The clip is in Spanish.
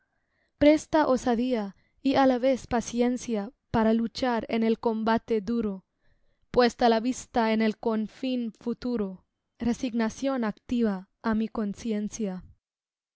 presta osadía y á la vez paciencia para luchar en el combate duro puesta la vista en el confín futuro resignación activa á mi conciencia